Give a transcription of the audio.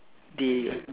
they